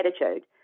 attitude